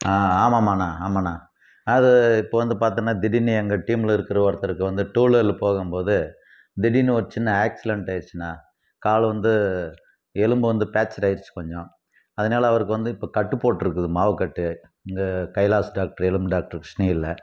ஆ ஆமாமாண்ணா ஆமாண்ணா அது இப்போது வந்து பார்த்தோன்னா திடீர்னு எங்கள் டீம்ல இருக்கிற ஒருத்தருக்கு வந்து டூவீலர்ல போகும்போது திடீர்னு ஒரு சின்ன ஆக்சிலெண்ட் ஆயிடுச்சுண்ணா கால் வந்து எலும்பு வந்து ப்ராக்ச்சர் ஆயிருச்சு கொஞ்சம் அதனால அவருக்கு வந்து இப்போ கட்டு போட்டிருக்குது மாவுக்கட்டு இங்கே கைலாஸ் டாக்ட்ரு எலும்பு டாக்ட்ரு கிருஷ்ணகிரியில